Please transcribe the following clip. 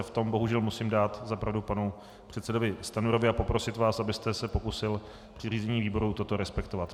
V tom bohužel musím dát za pravdu předsedovi Stanjurovi a poprosit vás, abyste se pokusil při řízení výboru toto respektovat.